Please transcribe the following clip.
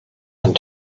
and